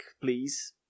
please